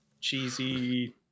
cheesy